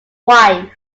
wife